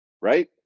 Right